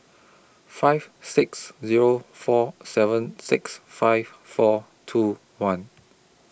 five six Zero four seven six five four two one